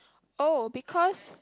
oh because